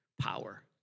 power